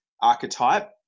archetype